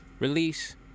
Release